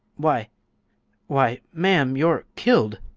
why why, ma'am, you're killed!